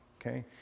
okay